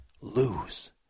lose